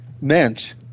meant